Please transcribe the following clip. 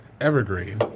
Evergreen